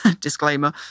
disclaimer